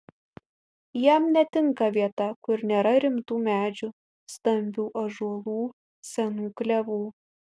jam netinka vieta kur nėra rimtų medžių stambių ąžuolų senų klevų